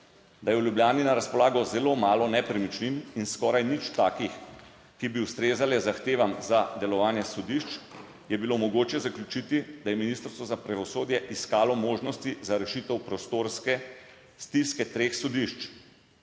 da je v Ljubljani na razpolago zelo malo nepremičnin in skoraj nič takih, ki bi ustrezale zahtevam za delovanje sodišč, je bilo mogoče zaključiti, da je Ministrstvo za pravosodje iskalo možnosti za rešitev prostorske stiske treh sodišč.